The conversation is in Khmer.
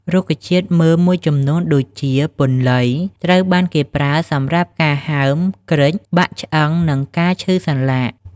រុក្ខជាតិមើមមួយចំនួនដូចជា ពន្លៃ ត្រូវបានគេប្រើសម្រាប់ការហើម គ្រេច បាក់ឆ្អឹង និងការឈឺសន្លាក់។